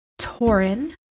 Torin